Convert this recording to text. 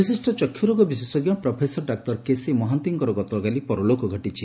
ପରଲୋକ ବିଶିଷ ଚକ୍ଷୁ ରୋଗ ବିଶେଷଙ୍କ ପ୍ରଫେସର ଡାକ୍ତର କେସି ମହାନ୍ତିଙ୍କ ଗତକାଲି ପରଲୋକ ଘଟିଛି